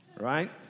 right